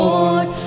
Lord